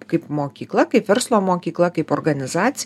kaip mokykla kaip verslo mokykla kaip organizac